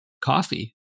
coffee